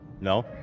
No